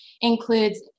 includes